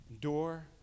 Door